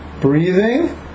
breathing